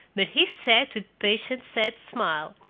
but he sat with patient set smile,